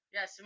Yes